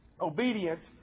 obedience